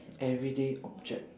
everyday object